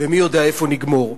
ומי יודע איפה נגמור.